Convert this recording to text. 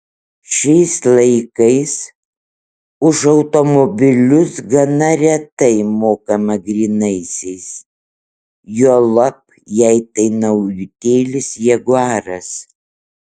šiais laikais už automobilius gana retai mokama grynaisiais juolab jei tai naujutėlis jaguaras